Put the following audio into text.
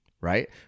right